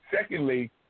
Secondly